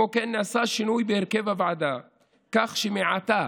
כמו כן נעשה שינוי בהרכב הוועדה כך שמעתה